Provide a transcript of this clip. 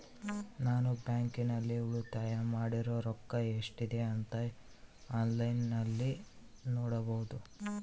ನಾನು ಬ್ಯಾಂಕಿನಲ್ಲಿ ಉಳಿತಾಯ ಮಾಡಿರೋ ರೊಕ್ಕ ಎಷ್ಟಿದೆ ಅಂತಾ ಆನ್ಲೈನಿನಲ್ಲಿ ನೋಡಬಹುದಾ?